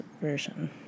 version